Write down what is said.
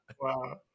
wow